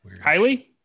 kylie